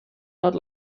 not